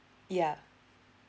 ya